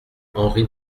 henri